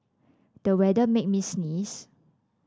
the weather made me sneeze